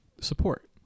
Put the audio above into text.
support